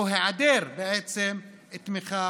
או בעצם את היעדר התמיכה